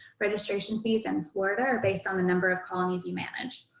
registration fees in florida based on the number of colonies you manage.